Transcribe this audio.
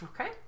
Okay